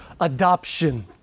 adoption